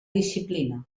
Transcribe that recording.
disciplina